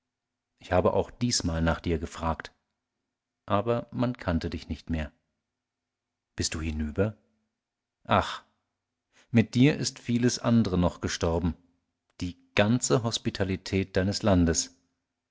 ich habe auch diesmal nach dir gefragt aber man kannte dich nicht mehr bist du hinüber ach mit dir ist vieles andere noch gestorben die ganze hospitalität deines landes